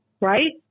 right